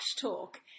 talk